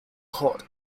hot